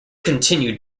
continued